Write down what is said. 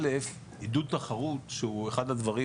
א' עידוד תחרות שהוא אחד הדברים,